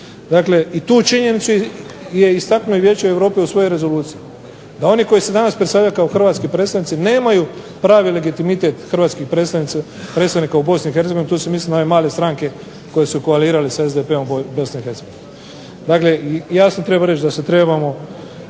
Dakle, i tu činjenicu je istaknulo vijeće europe u svojoj rezoluciji. A oni koji se danas predstavljaju kao hrvatski predstavnici nemaju pravi legitimitet hrvatskih predstojnika u BiH, tu se misli na ove male stranke koje su koalirale sa SDP-om BiH. Dakle, jasno treba reći da se trebamo